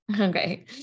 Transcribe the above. Okay